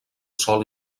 sòl